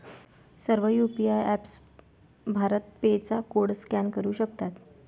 सर्व UPI apps BharatPe चा code scan करू शकतात